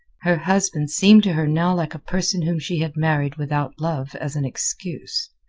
her husband seemed to her now like a person whom she had married without love as an excuse.